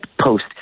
post